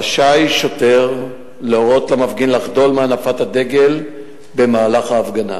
רשאי שוטר להורות למפגין לחדול מהנפת הדגל במהלך ההפגנה.